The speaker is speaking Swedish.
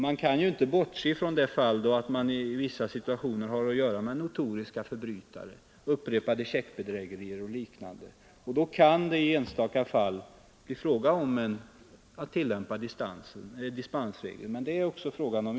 Det går inte att bortse från att man i vissa situationer har att göra med notoriska förbrytare, personer som gjort sig skyldiga till upprepade checkbedrägerier och liknande. Då kan det i enstaka fall bli fråga om att tillämpa dispensregeln.